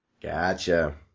Gotcha